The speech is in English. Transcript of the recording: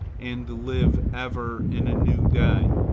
and live ever in a new day.